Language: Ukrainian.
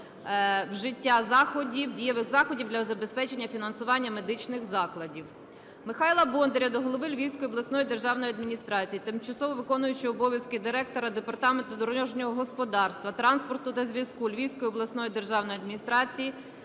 вжиття заходів, дієвих заходів для забезпечення фінансування медичних закладів. Михайла Бондаря до голови Львівської обласної державної адміністрації, тимчасово виконуючого обов'язки директора Департаменту дорожнього господарства, транспорту та зв'язку Львівської обласної державної адміністрації,